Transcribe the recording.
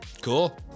Cool